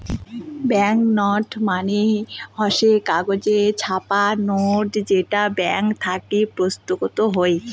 bank note মানে হসে কাগজে ছাপা নোট যেটা ব্যাঙ্ক থাকি প্রস্তুতকৃত হই